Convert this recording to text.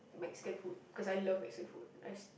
Mexican food cause I love Mexican food